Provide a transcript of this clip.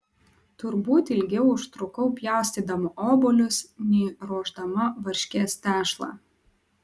turbūt ilgiau užtrukau pjaustydama obuolius nei ruošdama varškės tešlą